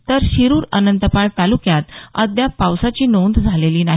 तर शिरुर अनंतपाळ तालुक्यात अद्याप पावसाची नोंद झालेली नाही